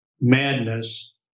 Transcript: madness